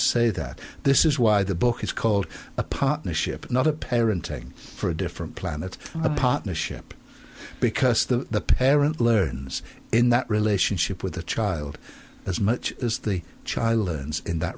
say that this is why the book is called a partnership not a parenting for a different planet a partnership because the parent learns in that relationship with the child as much as the child learns in that